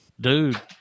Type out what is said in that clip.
Dude